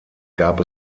gab